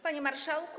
Panie Marszałku!